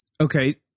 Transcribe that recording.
Okay